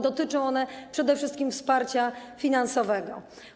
Dotyczą one przede wszystkim wsparcia finansowego.